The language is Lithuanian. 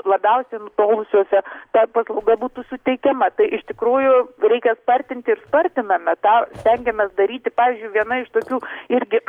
labiausiai nutolusiuose ta paslauga būtų suteikiama tai iš tikrųjų reikia spartinti ir spartiname tą stengiamės daryti pavyzdžiui viena iš tokių irgi